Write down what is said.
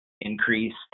increased